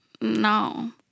No